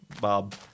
Bob